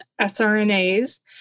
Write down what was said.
SRNAs